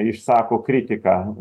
išsako kritiką